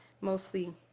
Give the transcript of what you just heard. mostly